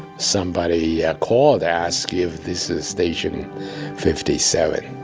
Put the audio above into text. somebody yeah called, asked if this is station fifty seven.